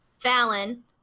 Fallon